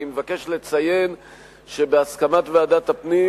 אני מבקש לציין שבהסכמת ועדת הפנים